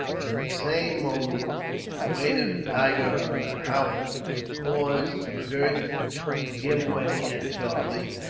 at the same moment the weight of the tiger on the howdah caused the girths to give way and charlie,